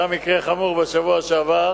היה מקרה חמור בשבוע שעבר,